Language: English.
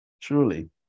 Truly